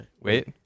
wait